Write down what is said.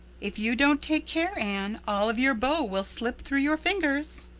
if you don't take care, anne, all of your beaux will slip through your fingers.